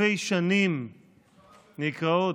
אלפי שנים נקראות,